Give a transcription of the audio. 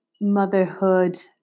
motherhood